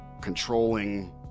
controlling